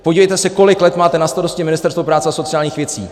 Podívejte se, kolik let máte na starosti Ministerstvo práce a sociálních věcí.